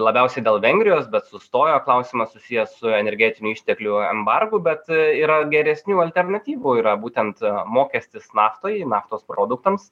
labiausiai dėl vengrijos bet sustojo klausimas susijęs su energetinių išteklių embargu bet yra geresnių alternatyvų yra būtent mokestis naftai naftos produktams